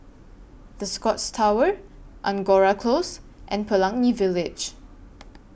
The Scotts Tower Angora Close and Pelangi Village